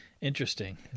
Interesting